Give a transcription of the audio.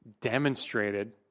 demonstrated